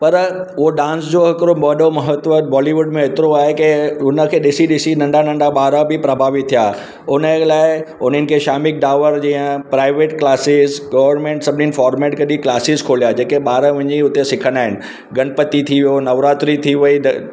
पर उहो डांस जो हिकिड़ो वॾो महत्व बॉलीवुड में एतिरो आहे की हुन खे ॾिसी ॾिसी नंढा नंढा ॿार बि प्रभावी थिया हुनजे लाइ हुननि खे शामक डावर जीअं प्राइवेट क्लासिस गवर्नमेंट सभिनीनि फॉर्मेट कढी क्लासिस खोलिया जेके ॿार वञी हुते सिखंदा आहिनि गणपति थी वियो नवरात्री थी वई